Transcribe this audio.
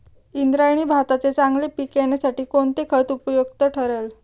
इंद्रायणी भाताचे चांगले पीक येण्यासाठी कोणते खत उपयुक्त ठरेल?